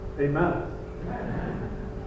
Amen